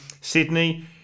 Sydney